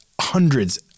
hundreds